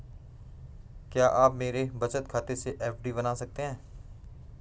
क्या आप मेरे बचत खाते से एफ.डी बना सकते हो?